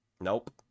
Nope